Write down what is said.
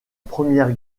première